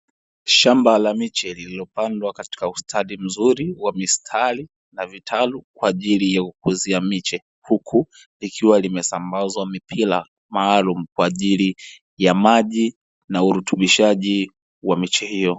Shamba la miche lililopandwa katika ustadi mzuri wa mistari na vitalu kwa ajili ya kukuzia miche. Huku, likiwa limesambazwa mipira maalumu kwa ajili ya maji na urutubishaji wa miche hiyo.